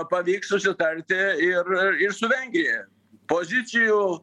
pavyks susitarti ir ir su vengrija pozicijų